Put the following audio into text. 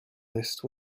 list